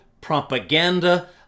propaganda